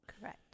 Correct